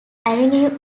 avenue